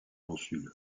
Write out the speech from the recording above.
consul